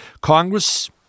Congress